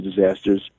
disasters